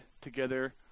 together